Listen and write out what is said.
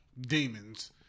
demons